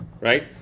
right